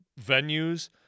venues